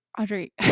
Audrey